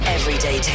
Everyday